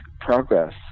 progress